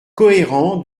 cohérent